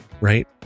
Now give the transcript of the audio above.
right